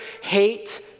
hate